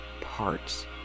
parts